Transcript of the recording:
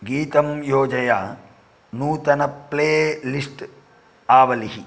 गीतं योजय नूतन प्ले लिस्ट् आवलिः